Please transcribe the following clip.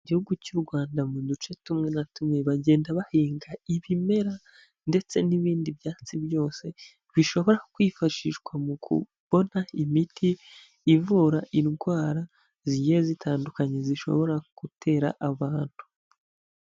Igihugu cy'u Rwanda mu duce tumwe na tumwe bagenda bahinga ibimera, ndetse n'ibindi byatsi byose bishobora kwifashishwa mu kubona imiti ivura indwara zigiye zitandukanye zishobora gutera abantu.